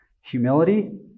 Humility